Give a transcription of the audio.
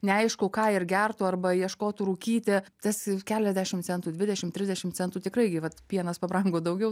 neaišku ką ir gertų arba ieškotų rūkyti tas keliasdešim centų dvidešim trisdešim centų tikrai vat pienas pabrango daugiau